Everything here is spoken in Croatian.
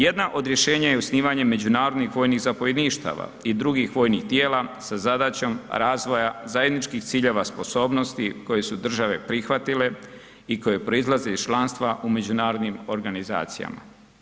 Jedna od rješenja je i osnivanje međunarodnih vojnih zapovjedništava i drugih vojnih tijela sa zadaćom razvoja zajedničkih ciljeva sposobnosti koje su države prihvatile i koje proizlaze iz članstva u međunarodnim organizacijama.